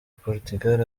portugal